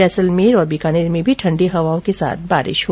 जैसलमेर और बीकानेर में भी ठण्डी हवाओं के साथ बारिश हो रही है